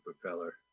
propeller